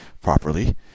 properly